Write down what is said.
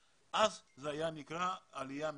אז זאת הייתה מה שנקרא עלייה מתוכננת,